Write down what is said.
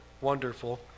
wonderful